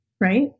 right